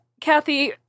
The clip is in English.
Kathy